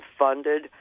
funded